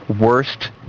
worst